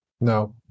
no